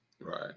Right